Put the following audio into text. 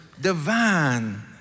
divine